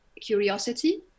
curiosity